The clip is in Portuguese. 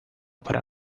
para